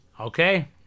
Okay